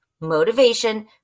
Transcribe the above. Motivation